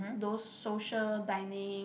those social dining